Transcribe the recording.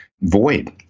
void